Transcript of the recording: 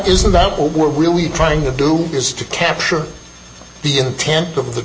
that what we're really trying to do is to capture the intent of the